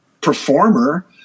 performer